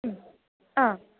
हा